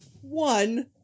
one